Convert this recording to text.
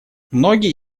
многие